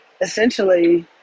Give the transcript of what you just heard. essentially